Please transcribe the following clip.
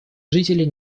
жители